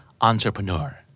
entrepreneur